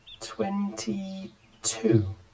Twenty-two